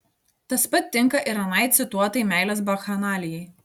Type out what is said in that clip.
tas pat tinka ir anai cituotai meilės bakchanalijai